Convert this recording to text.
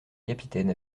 capitaine